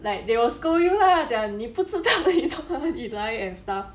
like they will scold you lah 讲你不知道你从哪里来 and stuff